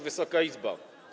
Wysoka Izbo!